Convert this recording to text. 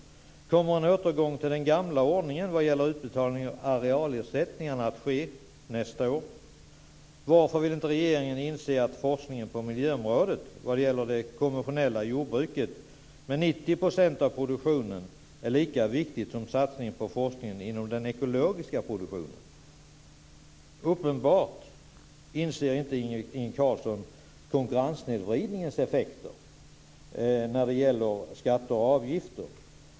Kommer en återgång till den gamla ordningen vad gäller utbetalning av arealersättning att ske nästa år? Varför vill regeringen inte inse att forskningen på miljöområdet vad gäller det konventionella jordbruket - med 90 % av produktionen - är lika viktig som satsningen på forskningen inom den ekologiska produktionen? Det är uppenbart att Inge Carlsson inte inser konkurrenssnedvridningens effekter när det gäller skatter och avgifter.